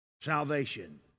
salvation